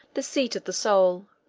the seat of the soul.